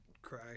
cry